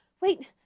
Wait